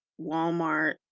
walmart